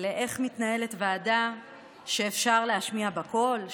של איך מתנהלת ועדה שאפשר להשמיע בה קול,